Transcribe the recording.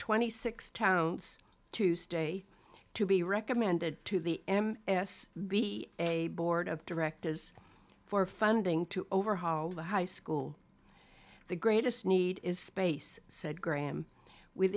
twenty six towns tuesday to be recommended to the m s b a board of directors for funding to overhaul the high school the greatest need is space said graham w